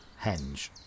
henge